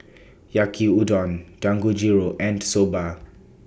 Yaki Udon Dangojiru and Soba